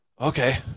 Okay